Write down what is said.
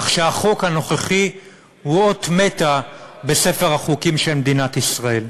כך שהחוק הנוכחי הוא אות מתה בספר החוקים של מדינת ישראל.